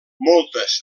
moltes